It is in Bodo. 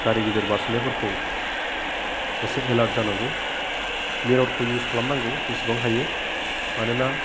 गारि गिदिर बारस'नायफोरखौ एसे एलार्ट जानांगौ मिर'रखौ इउज खालामनांगौ जेसेबां हायो मानोना